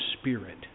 Spirit